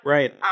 Right